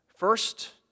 First